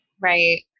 Right